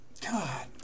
God